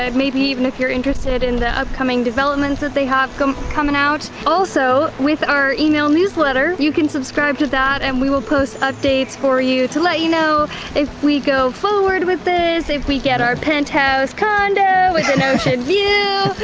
um maybe even if you're interested in the upcoming developments that they have coming out. also, with our email newsletter, you can subscribe to that and we will post updates for you to let you know if we go forward with this, if we get our penthouse condo with an ocean view!